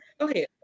okay